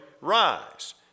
rise